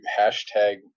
hashtag